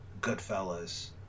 Goodfellas